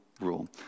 rule